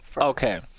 Okay